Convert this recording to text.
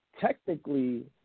technically